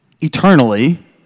eternally